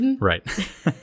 Right